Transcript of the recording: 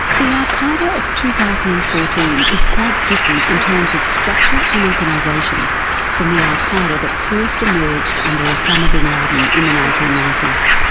the al qaeda of two thousand and fourteen is quite different in terms of structure and organisation from the al qaeda that first emerged under osama bin laden in the nineteen ninety s.